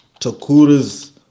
Takura's